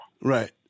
Right